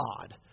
God